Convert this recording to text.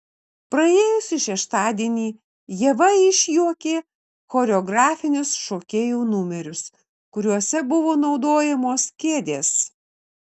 praėjusį šeštadienį ieva išjuokė choreografinius šokėjų numerius kuriuose buvo naudojamos kėdės